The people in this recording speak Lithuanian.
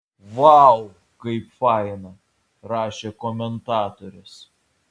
vau kaip faina rašė komentatorės